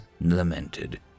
lamented